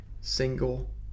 single